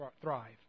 thrive